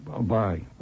Bye